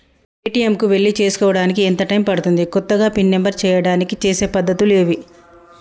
ATM కు వెళ్లి చేసుకోవడానికి ఎంత టైం పడుతది? కొత్తగా పిన్ నంబర్ చేయడానికి చేసే పద్ధతులు ఏవి?